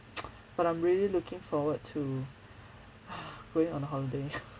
but I'm really looking forward to going on a holiday